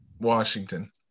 Washington